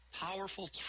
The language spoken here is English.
powerful